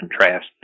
contrast